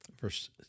Verse